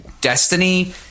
Destiny